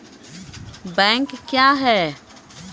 Bank क्या हैं?